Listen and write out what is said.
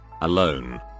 alone